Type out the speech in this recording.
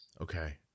Okay